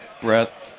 breath